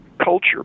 culture